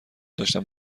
داشتم